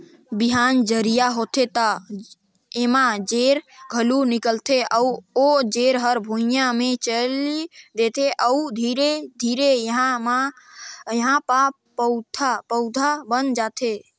बिहान जरिया होथे त एमा जेर घलो निकलथे अउ ओ जेर हर भुइंया म चयेल देथे अउ धीरे धीरे एहा प पउधा बन जाथे